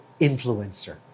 influencer